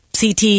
CT